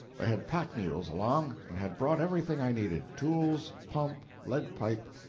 they had pack-mules along, and had brought everything i needed tools, pump, lead pipe,